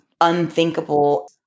unthinkable